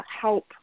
help